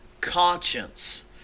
conscience